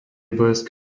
blesk